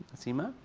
seema.